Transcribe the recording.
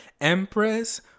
empress